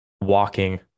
walking